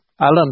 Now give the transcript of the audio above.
Alan